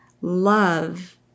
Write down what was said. Love